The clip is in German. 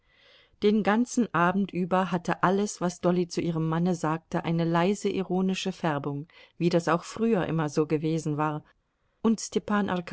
den ganzen abend über hatte alles was dolly zu ihrem manne sagte eine leise ironische färbung wie das auch früher immer so gewesen war und